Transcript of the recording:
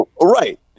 Right